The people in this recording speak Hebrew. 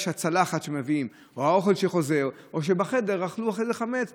שבצלחת שמביאים או עם האוכל שחוזר או בחדר אכלו חמץ.